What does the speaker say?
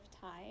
time